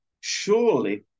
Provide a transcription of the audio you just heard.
surely